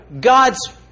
God's